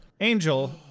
Angel